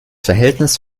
verhältnis